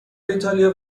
ایتالیا